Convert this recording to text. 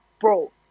bro